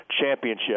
championship